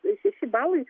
šeši balai